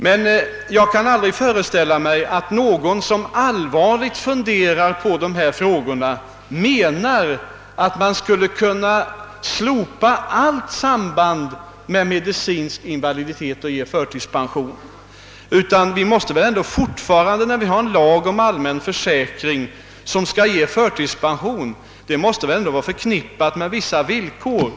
Jag kan emellertid inte föreställa mig att någon som allvarligt funderat på dessa frågor menar, att man skulle kunna slopa allt samband med medicinsk invaliditet då man ger förtidspension. En allmän försäkring, enligt vilken man kan få förtidspension, måste väl ändå vara förknippad med vissa villkor.